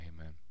amen